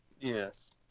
Yes